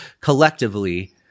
collectively